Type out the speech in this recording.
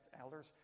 elders